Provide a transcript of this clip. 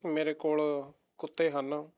ਮੇਰੇ ਕੋਲ ਕੁੱਤੇ ਹਨ